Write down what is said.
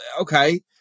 okay